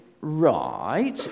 right